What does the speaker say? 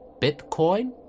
Bitcoin